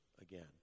again